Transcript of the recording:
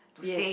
yes